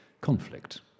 conflict